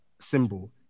symbol